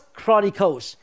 Chronicles